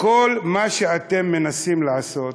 כל מה שאתם מנסים לעשות,